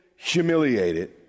humiliated